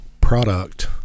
product